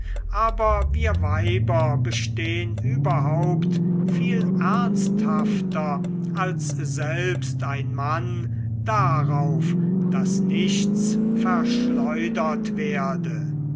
aber wir weiber bestehn überhaupt viel ernsthafter als selbst ein mann darauf daß nichts verschleudert werde